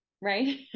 Right